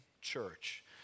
church